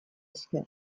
esker